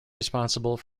responsible